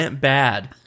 bad